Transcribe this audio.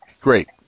Great